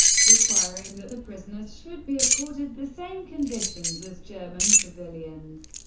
requiring that the prisoners should be accorded the same conditions as german civilians.